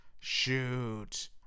Shoot